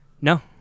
No